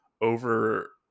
over